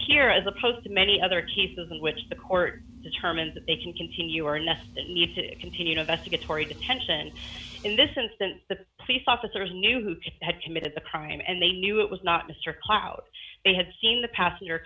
here as opposed to many other cases in which the court determined they can continue or nest and need to continue to vesta get story detention in this instance the police officers knew who had committed the crime and they knew it was not mr clout they had seen the passenger